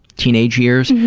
teenage years,